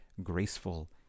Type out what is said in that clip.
graceful